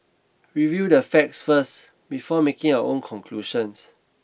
review the facts first before making your own conclusions